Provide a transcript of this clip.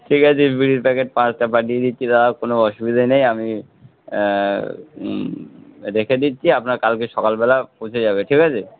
ঠিক আছে বিড়ির প্যাকেট পাঁচটা পাঠিয়ে দিচ্ছি দাদা কোনো অসুবিধে নেই আমি রেখে দিচ্ছি আপনার কালকে সকালবেলা পৌঁছে যাবে ঠিক আছে